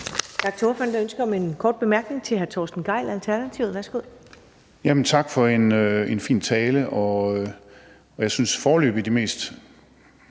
Tak for en fin tale